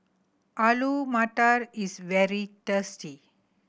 Alu Matar is very tasty